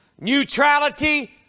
Neutrality